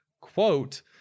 quote